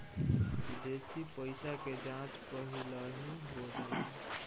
विदेशी पइसा के जाँच पहिलही हो जाला